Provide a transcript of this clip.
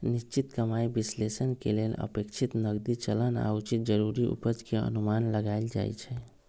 निश्चित कमाइ विश्लेषण के लेल अपेक्षित नकदी चलन आऽ उचित जरूरी उपज के अनुमान लगाएल जाइ छइ